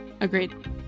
Agreed